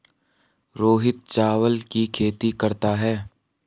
रोहित चावल की खेती करता है